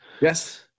Yes